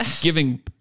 giving